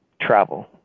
Travel